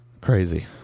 Crazy